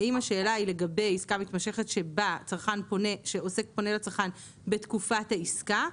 האם השאלה היא לגבי עסקה מתמשכת שבה עוסק פונה לצרכן בתקופת העסקה.